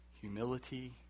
humility